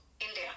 India